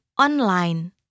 Online